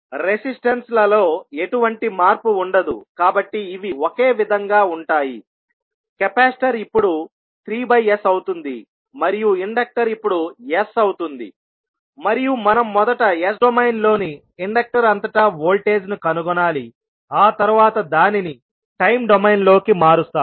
resistances లలో ఎటువంటి మార్పు ఉండదు కాబట్టి ఇవి ఒకే విధంగా ఉంటాయికెపాసిటర్ ఇప్పుడు 3s అవుతుంది మరియు ఇండెక్టర్ ఇప్పుడు sఅవుతుంది మరియు మనం మొదట S డొమైన్లోని ఇండక్టర్ అంతటా వోల్టేజ్ను కనుగొనాలిఆ తర్వాత దానిని టైమ్ డొమైన్ లోకి మారుస్తాము